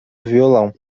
violão